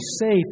safe